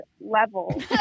level